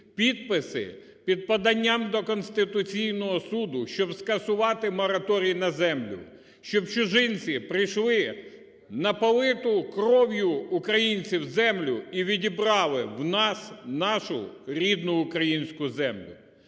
підписи під поданням до Конституційного Суду, щоб скасувати мораторій на землю, щоб чужинці прийшли на политу кров'ю українців землю – і відібрали в нас нашу рідну українську землю.